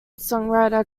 songwriter